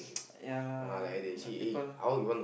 ya lah the people